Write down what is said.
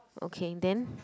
okay then